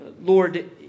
Lord